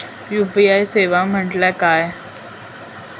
UPI सेवा म्हटल्या काय?